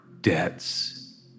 debts